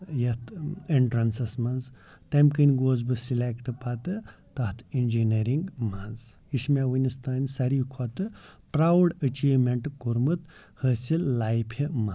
یَتھ اٮ۪نٹرٛنسَس منٛز تَمہِ کِنۍ گوٚوس بہٕ سٕلٮ۪کٹ پَتہٕ تَتھ اِنجیٖنٔرِنٛگ منٛز یہِ چھِ مےٚ وُنیُس تام ساروی کھۄتہٕ پرٛاوُڈ أچیٖومٮ۪نٛٹ کوٚرمُت حٲصِل لایفہِ منٛز